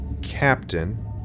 Captain